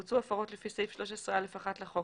בוצעו הפרות לפי סעיף 13(א)(1) לחוק,